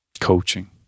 Coaching